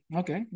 okay